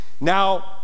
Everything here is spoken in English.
Now